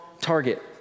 target